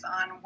on